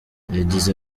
yagize